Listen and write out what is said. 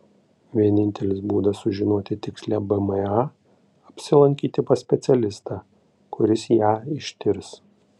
vienintelis būdas sužinoti tikslią bma apsilankyti pas specialistą kuris ją ištirs